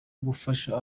gufasha